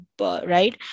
right